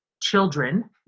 children